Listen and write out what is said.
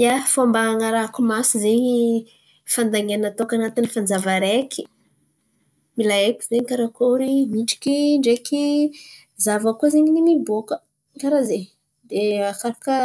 Ia, fômba han̈arahako maso zen̈y fandanian̈a ataoko an̈atin'ny fanjava araiky. Mila haiko zen̈y karakôry midriky ndreky zahavako koa zen̈y ny miboaka. Karà zen̈y. De arakaraka